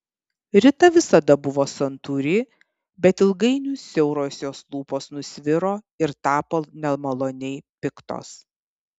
rita visada buvo santūri bet ilgainiui siauros jos lūpos nusviro ir tapo nemaloniai piktos